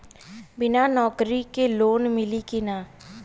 बिना नौकरी के लोन मिली कि ना?